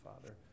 Father